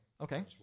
Okay